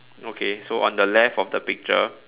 okay so on the left of the picture